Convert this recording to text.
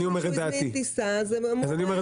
אם הוא הזמין טיסה, הוא אמור לקבל מענה.